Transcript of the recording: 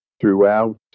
throughout